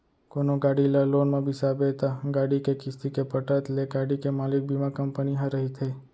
कोनो गाड़ी ल लोन म बिसाबे त गाड़ी के किस्ती के पटत ले गाड़ी के मालिक बीमा कंपनी ह रहिथे